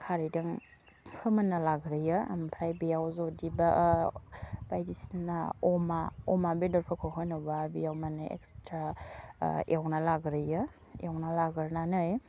खारैदों फोमोन्ना लाग्रोयो आमफ्राय बेयाव जदिबा बायदिसिना अमा अमा बेदेरफोरखौ होनोबा बेयाव माने एक्सथ्रा एवना लाग्रोयो एवना लागोरनानै